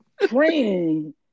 praying